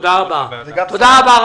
תודה רבה.